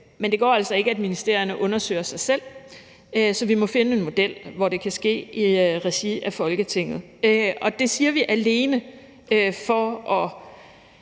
men det går altså ikke, at ministerierne undersøger sig selv, så vi må finde en model, hvor det kan ske i regi af Folketinget. Det siger vi alene for at